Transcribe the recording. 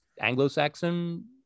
Anglo-Saxon